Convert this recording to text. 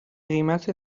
قیمت